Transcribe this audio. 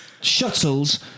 shuttles